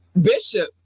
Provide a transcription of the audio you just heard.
Bishop